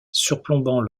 surplombant